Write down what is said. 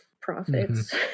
profits